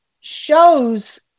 shows